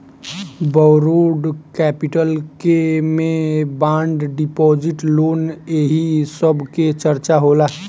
borrowed capital के में bond deposit loan एही सब के चर्चा होला